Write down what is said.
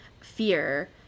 fear